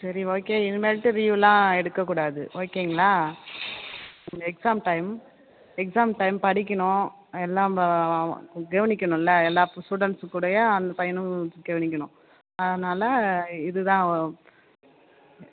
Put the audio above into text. சரி ஓகே இனிமேட்டு லீவுலாம் எடுக்கக்கூடாது ஓகேங்களா எக்ஸாம் டைம் எக்ஸாம் டைம் படிக்கணும் அது எல்லாம் கவனிக்கணும்ல எல்லா ஸ்டூடெண்ட்ஸ் கூடயும் அந்த பையனும் கவனிக்கணும் அதனால் இது தான்